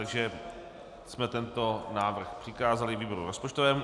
Takže jsme tento návrh přikázali výboru rozpočtovému.